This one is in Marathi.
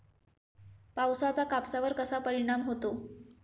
पावसाचा कापसावर कसा परिणाम होतो?